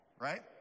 right